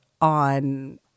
on